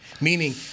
Meaning